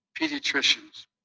pediatricians